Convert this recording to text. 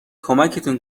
کمکتون